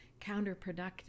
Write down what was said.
counterproductive